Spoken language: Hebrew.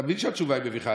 אתה מבין שהתשובה מביכה.